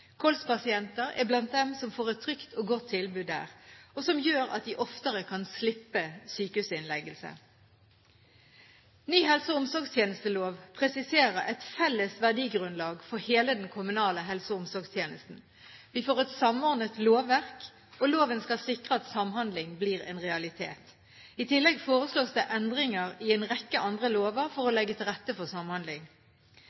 KOLS-pasienter er blant dem som får et trygt og godt tilbud der, og som gjør at de oftere kan slippe sykehusinnleggelse. Ny helse- og omsorgstjenestelov presiserer et felles verdigrunnlag for hele den kommunale helse- og omsorgstjenesten. Vi får et samordnet lovverk, og loven skal sikre at samhandling blir en realitet. I tillegg foreslås det endringer i en rekke andre lover for å